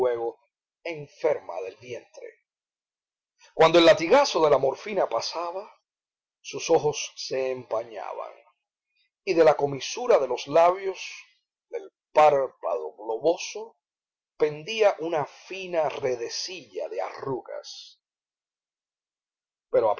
enferma del vientre cuando el latigazo de la morfina pasaba sus ojos se empañaban y de la comisura de los labios del párpado globoso pendía una fina redecilla de arrugas pero